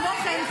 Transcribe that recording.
כמו כן,